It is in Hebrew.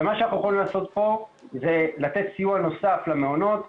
מה שאנחנו יכולים לעשות פה זה לתת סיוע נוסף למעונות.